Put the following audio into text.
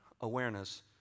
awareness